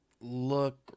look